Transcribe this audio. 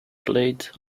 played